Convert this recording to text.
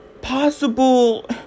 possible